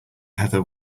heather